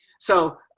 so,